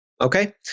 okay